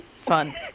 Fun